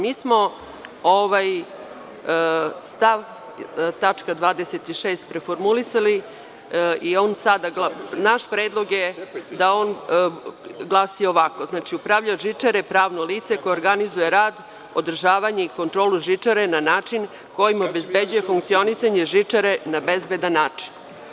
Mi smo ovaj stav, tačka 26. preformulisali i on sada glasi, naš predlog je da on glasi ovako – Upravljač žičare je pravno lice koje organizuje rad, održavanje i kontrolu žičare na način kojim obezbeđuje funkcionisanje žičare na bezbedan način.